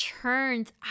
turns